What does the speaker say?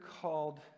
called